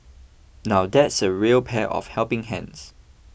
now that's a real pair of helping hands